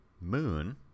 Moon